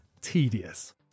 tedious